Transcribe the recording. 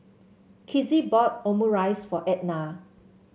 Kizzie bought Omurice for Edna